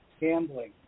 gambling